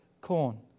corn